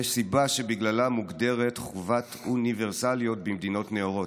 יש סיבה שבגללה מוגדרת חובת אוניברסליות במדינות נאורות,